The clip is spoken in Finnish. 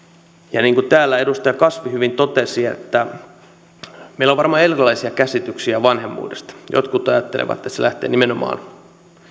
niin kuin täällä edustaja kasvi hyvin totesi meillä on varmaan erilaisia käsityksiä vanhemmuudesta jotkut ajattelevat että nimenomaan